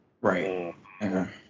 Right